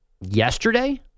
Yesterday